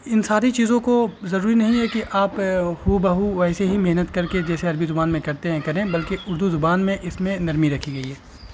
ان ساری چیزوں کو ضروری نہیں ہے کہ آپ ہو بہو ویسے ہی محنت کر کے جیسے عربی زبان میں کرتے ہیں کریں بلکہ اردو زبان میں اس میں نرمی رکھی گئی ہے